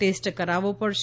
test કરાવવો પડશે